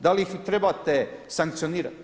Da li ih trebate sankcionirati?